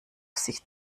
sich